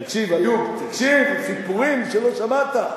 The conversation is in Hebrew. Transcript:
תקשיב, אלה סיפורים שלא שמעת.